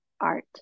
art